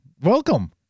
Welcome